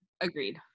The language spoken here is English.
Agreed